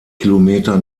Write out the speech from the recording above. kilometer